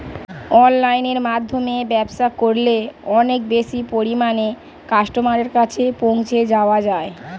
অনলাইনের মাধ্যমে ব্যবসা করলে অনেক বেশি পরিমাণে কাস্টমারের কাছে পৌঁছে যাওয়া যায়?